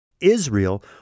Israel